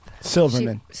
Silverman